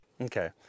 Okay